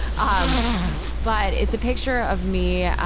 um but, it's a picture of me, yeah